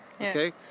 Okay